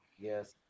Yes